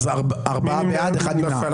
הצבעה לא אושרה נפל.